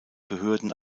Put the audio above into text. behörden